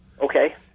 okay